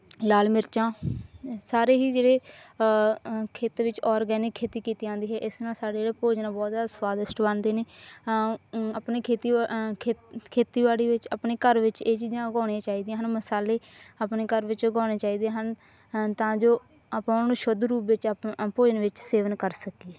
ਲਾਲ ਮਿਰਚਾਂ ਸਾਰੇ ਹੀ ਜਿਹੜੇ ਖੇਤ ਵਿੱਚ ਔਰਗੈਨਿਕ ਖੇਤੀ ਕੀਤੀ ਜਾਂਦੀ ਹੈ ਇਸ ਨਾਲ ਸਾਡੇ ਜਿਹੜੇ ਭੋਜਨ ਆ ਬਹੁਤ ਜ਼ਿਆਦਾ ਸਵਾਦਿਸ਼ਟ ਬਣਦੇ ਨੇ ਆਪਣੇ ਖੇਤੀ ਖੇਤ ਖੇਤੀਬਾੜੀ ਵਿੱਚ ਆਪਣੇ ਘਰ ਵਿੱਚ ਇਹ ਚੀਜ਼ਾਂ ਉਗਾਉਣੀਆਂ ਚਾਹੀਦੀਆਂ ਹਨ ਮਸਾਲੇ ਆਪਣੇ ਘਰ ਵਿੱਚ ਉਗਾਉਣੇ ਚਾਹੀਦੇ ਹਨ ਤਾਂ ਜੋ ਆਪਾਂ ਉਹਨੂੰ ਸ਼ੁੱਧ ਰੂਪ ਵਿੱਚ ਆਪਾਂ ਭੋਜਨ ਵਿੱਚ ਸੇਵਨ ਕਰ ਸਕੀਏ